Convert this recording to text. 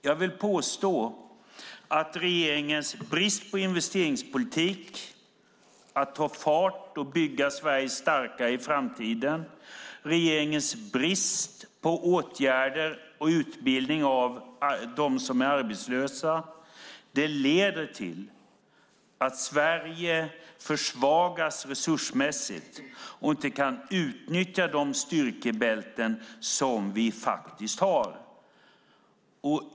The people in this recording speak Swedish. Jag vill påstå att regeringens brist på investeringspolitik, att ta fart och bygga Sverige starkare i framtiden och regeringens brist på åtgärder och utbildning av dem som är arbetslösa leder till att Sverige försvagas resursmässigt och inte kan utnyttja de styrkebälten som vi faktiskt har.